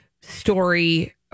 story